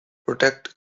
protect